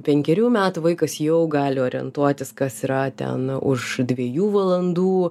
penkerių metų vaikas jau gali orientuotis kas yra ten už dviejų valandų